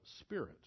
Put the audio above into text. spirit